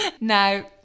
Now